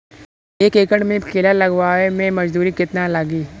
एक एकड़ में केला लगावे में मजदूरी कितना लागी?